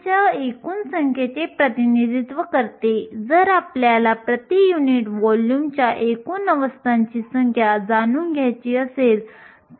तर आपण वाहक बँडचा वरचा भाग अनंत होण्यासाठी घेऊ शकतो आणि आपण नमुन्यामध्ये जास्त वेळ गमावणार नाही